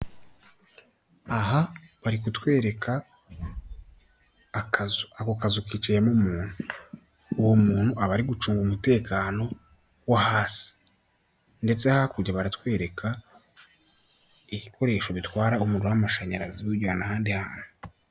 Inyubako iherereye i Kigali Kanombe ikaba ifite ibyumba bine byo kuraramo ndetse ikagira ubwogero butatu .Iyo nyubako ikaba ikodeshwa ku kwezi amafaranga ibihumbi magana atanu(500,000 Rwf). Iyo nyubako ikaba ifite ibaraza ndetse n'amarange meza , ikaba ifite n'amakaro.